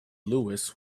lewis